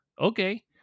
okay